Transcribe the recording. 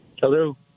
Hello